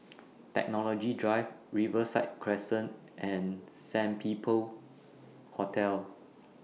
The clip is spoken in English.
Technology Drive Riverside Crescent and Sandpiper Hotel